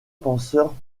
penseurs